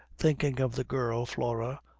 thinking of the girl flora,